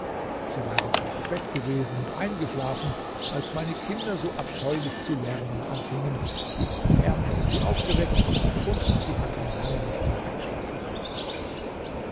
sie waren schon zu bett gewesen und eingeschlafen als meine kinder so abscheulich zu lärmen anfingen der lärm hatte sie aufgeweckt und sie hatten lange nicht mehr einschlafen können